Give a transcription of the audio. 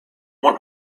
one